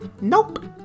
Nope